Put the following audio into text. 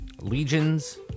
legions